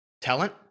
talent